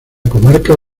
comarca